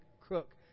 crook